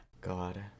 God